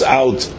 out